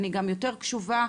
אני גם יותר קשובה